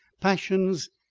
passions,